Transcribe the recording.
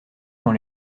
dans